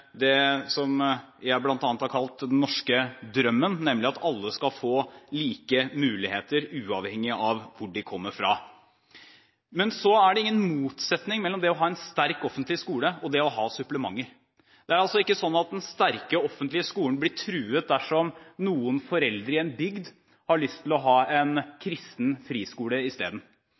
det som jeg bl.a. har kalt «den norske drømmen», nemlig at alle skal få like muligheter, uavhengig av hvor de kommer fra. Men det er ingen motsetning mellom det å ha en sterk offentlig skole og det å ha supplementer. Det er ikke sånn at den sterke offentlige skolen blir truet dersom noen foreldre i en bygd har lyst til å ha en kristen friskole